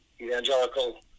evangelical